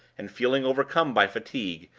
and feeling overcome by fatigue,